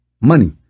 money